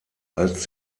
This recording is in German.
als